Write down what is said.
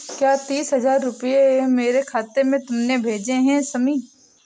क्या तीस हजार रूपए मेरे खाते में तुमने भेजे है शमी?